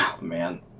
Man